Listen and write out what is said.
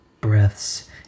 breaths